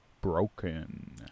Broken